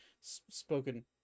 spoken